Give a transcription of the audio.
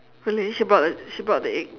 really she brought the she brought the egg